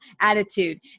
attitude